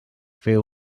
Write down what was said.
feu